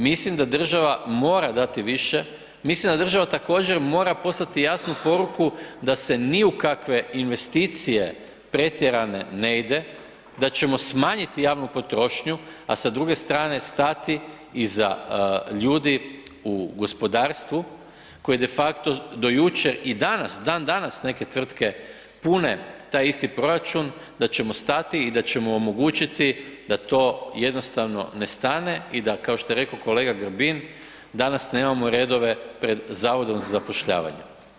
Mislim da država mora dati više, mislim da država također mora poslati jasnu poruku da se ni u kakve investicije pretjerane ne ide, da ćemo smanjiti javnu potrošnju a sa druge strane stati iza ljudi u gospodarstvu koji de facto do jučer i danas, dandanas neke tvrtke pune taj isti proračun, da ćemo stati i da ćemo omogućiti da to jednostavno ne stane i da kao što je rekao kolega Grbin, danas nemamo redove pred Zavodom za zapošljavanje.